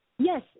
Yes